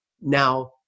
Now